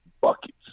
buckets